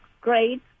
great